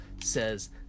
says